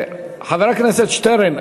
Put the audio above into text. חבר הכנסת שטרן,